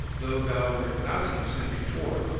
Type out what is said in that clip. though thou were not in sin before,